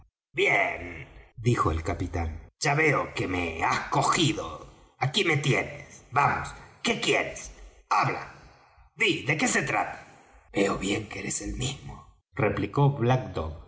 bien dijo el capitán ya veo que me has cogido aquí me tienes vamos qué quieres habla dí de qué se trata veo bien que eres el mismo replicó black